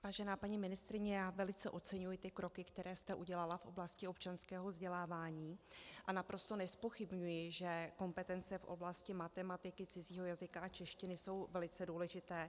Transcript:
Vážená paní ministryně, velice oceňuji ty kroky, které jste udělala v oblasti občanského vzdělávání, a naprosto nezpochybňuji, že kompetence v oblasti matematiky, cizího jazyka a češtiny jsou velice důležité.